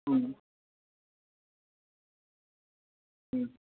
ம் ம்